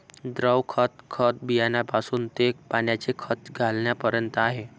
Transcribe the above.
द्रव खत, खत बियाण्यापासून ते पाण्याने खत घालण्यापर्यंत आहे